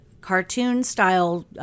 cartoon-style